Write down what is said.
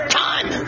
time